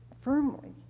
firmly